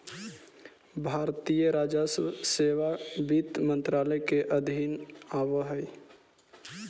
भारतीय राजस्व सेवा वित्त मंत्रालय के अधीन आवऽ हइ